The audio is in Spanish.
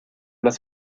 las